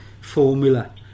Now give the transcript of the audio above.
formula